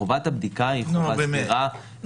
חובת הבדיקה היא מידתית,